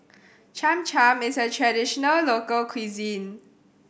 Cham Cham is a traditional local cuisine